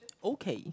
okay